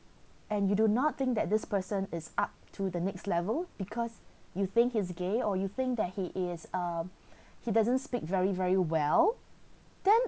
and you do not think that this person is up to the next level because you think his gay or you think that he is um he doesn't speak very very well then